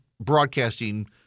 broadcasting